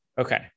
Okay